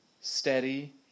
steady